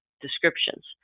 descriptions